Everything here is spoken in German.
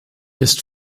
ist